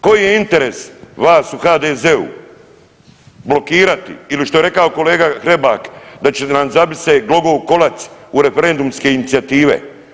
Koji je interes vas u HDZ-u blokirati ili što je rekao kolega Hrebak da će nam zabit se glogov kolac u referendumske inicijative.